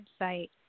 website